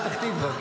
פתח תקווה?